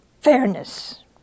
fairness